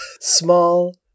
Small